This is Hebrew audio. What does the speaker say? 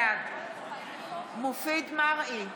בעד מופיד מרעי,